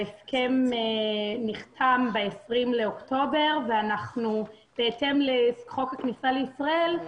ההסכם נחתם ב-20 באוקטובר ובהתאם לחוק הכניסה לישראל אנחנו